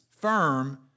firm